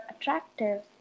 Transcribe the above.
attractive